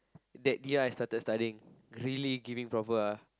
that year I started studying really giving proper ah